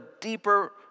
deeper